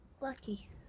Lucky